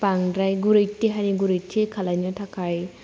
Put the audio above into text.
बांद्राय देहानि गुरैथि खालायनो थाखाय